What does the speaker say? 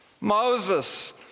Moses